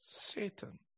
Satan